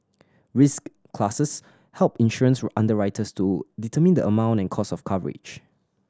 risk classes help insurance underwriters to determine the amount and cost of coverage